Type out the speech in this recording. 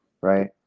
right